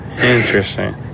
Interesting